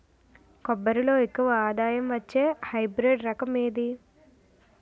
కొబ్బరి లో ఎక్కువ ఆదాయం వచ్చే హైబ్రిడ్ రకం ఏది?